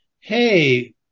Hey